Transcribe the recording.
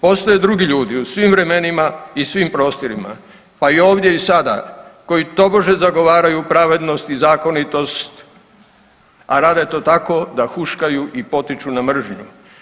Postoje drugi ljudi u svim vremenima i svim prostorima, pa i ovdje i sada koji tobože zagovaraju pravednost i zakonitost, a rade to tako da huškaju i potiču na mržnju.